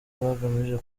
bagamije